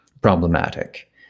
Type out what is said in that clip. problematic